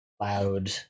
loud